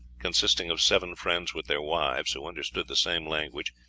consisting of seven friends, with their wives, who understood the same language,